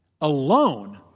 alone